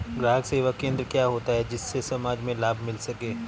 ग्राहक सेवा केंद्र क्या होता है जिससे समाज में लाभ मिल सके?